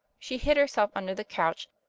she hid herself under the couch,